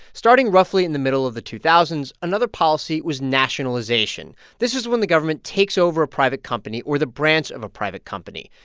starting roughly in the middle of the two thousand s, another policy was nationalization. this is when the government takes over a private company or the branch of a private company.